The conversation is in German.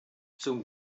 zum